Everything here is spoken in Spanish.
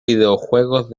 videojuegos